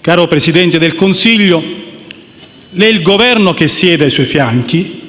Caro Presidente del Consiglio, il Governo che siede ai suoi fianchi